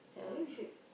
I think you should